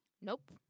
Nope